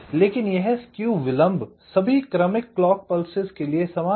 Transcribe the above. लेकिन यह स्केव विलम्ब सभी क्रमिक क्लॉक पल्सेस के लिए समान है